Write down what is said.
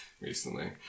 recently